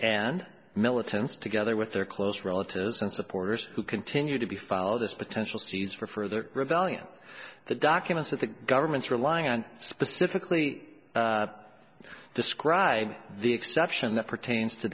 and militants together with their close relatives and supporters who continue to be follow this potential seize for further rebellion the documents that the government's relying on specifically describe the exception that pertains to